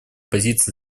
позиции